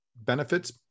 benefits